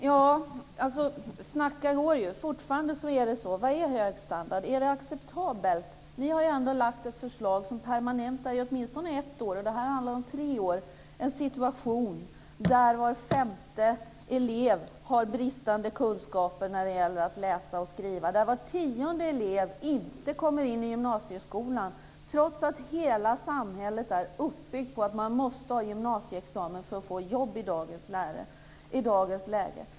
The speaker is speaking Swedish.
Herr talman! Snacka går ju. Frågan är fortfarande: Vad är hög standard? Är det acceptabelt? Ni har lagt ett förslag som åtminstone ett år - det här handlar om tre år - permanentar en situation där var femte elev har bristande kunskaper när det gäller att läsa och skriva och där var tionde elev inte kommer in i gymnasieskolan, trots att hela samhället är uppbyggt på att man måste ha gymnasieexamen för att få jobb i dagens läge.